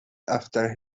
after